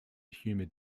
humid